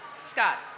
Scott